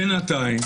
בינתיים